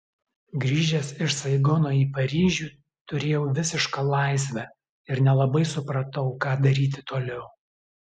grįžęs iš saigono į paryžių turėjau visišką laisvę ir nelabai supratau ką daryti toliau